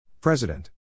President